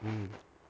mm